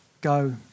go